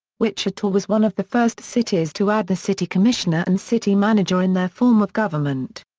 wichita was one of the first cities to add the city commissioner and city manager in their form of government.